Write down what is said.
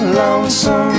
lonesome